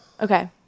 okay